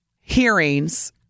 hearings